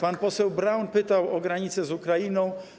Pan poseł Braun pytał o granicę z Ukrainą.